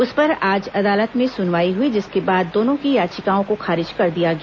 उस पर आज अदालत में सुनवाई हुई जिसके बाद दोनों की याचिकाओं को खारिज कर दिया गया